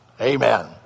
Amen